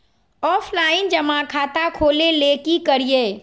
Offline जमा खाता खोले ले की करिए?